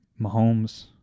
Mahomes